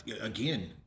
Again